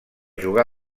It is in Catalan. jugar